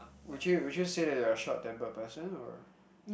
would you would you say that you're a short tempered person or